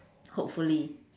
hopefully